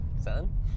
son